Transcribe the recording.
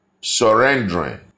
surrendering